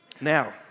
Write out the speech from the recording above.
Now